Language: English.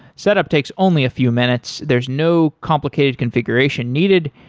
set up takes only a few minutes. there's no complicated configuration needed,